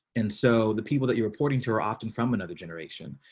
and so the people that you're reporting to her, often from another generation.